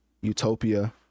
utopia